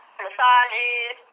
massages